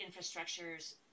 infrastructures